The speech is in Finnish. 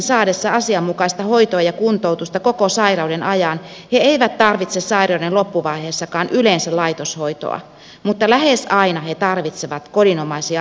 saadessaan asianmukaista hoitoa ja kuntoutusta koko sairauden ajan eivät muistisairaat ihmiset tarvitse sairauden loppuvaiheessakaan yleensä laitoshoitoa mutta lähes aina he tarvitsevat kodinomaisia asumisyksikköjä